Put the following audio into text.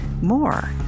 more